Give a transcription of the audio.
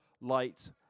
light